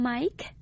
Mike